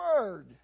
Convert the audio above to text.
word